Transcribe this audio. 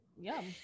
yum